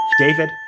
David